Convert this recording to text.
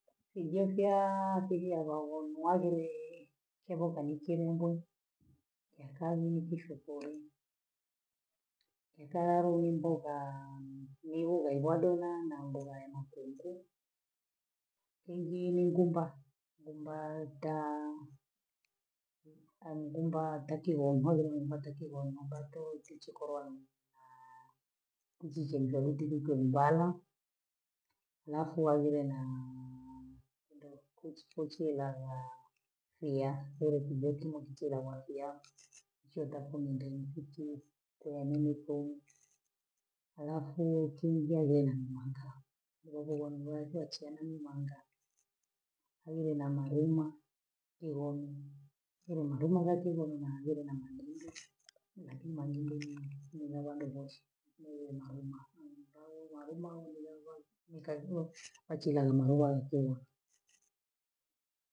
Ijekuwaaa kulia mwango nimwazilee, kibhoko nikilungu, hekalu nipushwe porii, nikalale ni mbogaa nililedodenamu naongela ya makunguu, kingine ni kwenda gumootaa anipenda atakile anhadhi atakibhona, mbate tichokolani naaa ichichemjaleti kikondawa, afu avile naa Kunde kuchi- kuchilaghaa fia kulukubwekima nkichila wafia, chio paku nendeni kuchi, kwea nini peni, halafu chimvai uwe na mmanga, ubhabhile nimeokoa cheni ni manga, aule mama lima kibhoni, ulemangima kakibhoni mwa ngeli na mnize lakini mwajumbe ni nivelande bhosha, neyo nkaunga, ni mpaye nalema kamilongo. nikavua achilia mahavala kuwa.